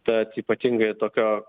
tad ypatingai tokio